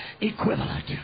equivalent